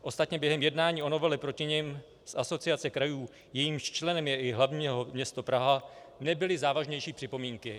Ostatně během jednání o novele proti nim z Asociace krajů, jejímž členem je i hlavní město Praha, nebyly závažnější připomínky.